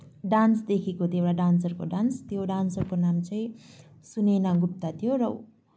dance देखेको थिएँ एउटा डान्सरको डान्स त्यो डान्सरको नाम चाहिँ सुनैना गुप्ता थियो र